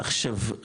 עכשיו,